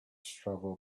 struggle